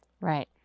Right